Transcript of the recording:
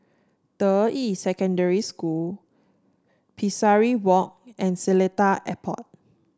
Deyi Secondary School Pesari Walk and Seletar Airport